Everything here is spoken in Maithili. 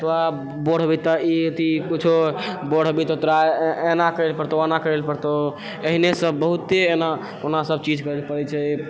तू बूढ़ हेबही तऽ ई तऽ किछो बूढ़ हेबही तऽ तोरा एना करैलए पड़तौ ओना करैलए पड़तौ एहिने सब बहुते सब एना सब चीज करऽ पड़ै छै